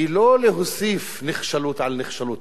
הוא לא להוסיף נחשלות על נחשלות,